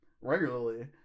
regularly